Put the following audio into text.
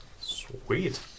Sweet